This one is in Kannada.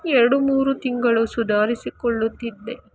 ಎರಡು ಮೂರು ತಿಂಗಳು ಸುಧಾರಿಸಿಕೊಳ್ಳುತ್ತಿದ್ದೆ